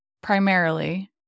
primarily